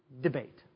debate